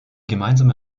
gemeinsame